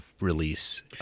release